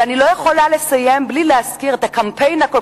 אני לא יכולה לסיים בלי להזכיר את הקמפיין הגדול